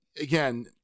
again